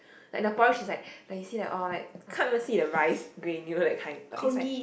like the porridge it's like like you see oh like can't even see the rice granules that kind but it's like